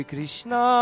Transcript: Krishna